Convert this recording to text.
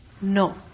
No